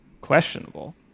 questionable